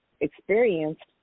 experienced